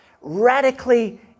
radically